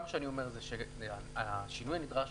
השינוי הנדרש